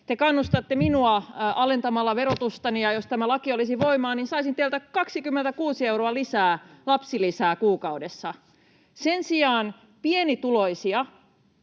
te kannustatte alentamalla verotustani, ja jos tämä laki tulisi voimaan, niin saisin teiltä 26 euroa lisää lapsilisää kuukaudessa. Sen sijaan pienituloisten